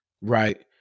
right